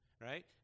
right